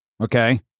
Okay